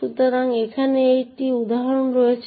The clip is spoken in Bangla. সুতরাং এখানে একটি উদাহরণ রয়েছে